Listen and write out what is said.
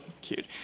cute